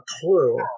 clue